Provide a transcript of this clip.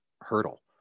hurdle